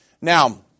Now